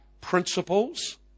principles